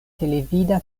televida